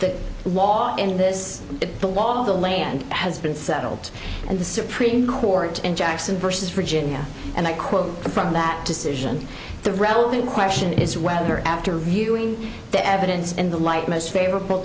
the law in this the wall of the land has been settled and the supreme court in jackson versus virginia and i quote from that decision the relevant question is whether after viewing the evidence in the light most favorable